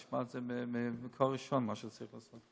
נשמע על זה ממקור ראשון מה שצריך לעשות.